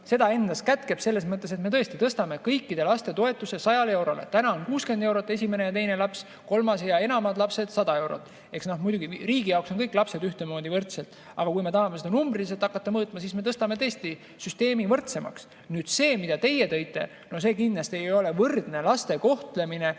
seda endas kätkeb – selles mõttes, et me tõstame kõikide lapsetoetuse 100 eurole. Praegu on 60 eurot esimene ja teine laps, kolmas ja enamad lapsed saavad 100 eurot. Muidugi riigi jaoks on kõik lapsed ühtemoodi võrdsed, aga kui me tahame seda numbriliselt mõõtma hakata, siis me [muudame] tõesti süsteemi võrdsemaks. Nüüd see, mida teie tõite, kindlasti ei ole võrdne laste kohtlemine.